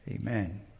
Amen